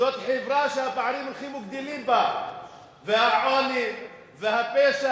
זאת חברה שהפערים הולכים וגדלים בה והעוני והפשע